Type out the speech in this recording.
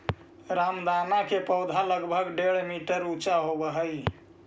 रामदाना के पौधा लगभग डेढ़ मीटर ऊंचा होवऽ हइ